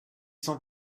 cent